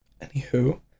Anywho